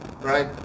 Right